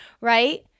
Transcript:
right